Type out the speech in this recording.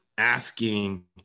asking